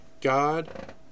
God